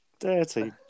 Dirty